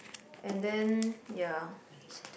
and then ya